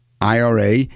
IRA